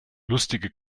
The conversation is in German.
lustige